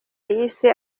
yise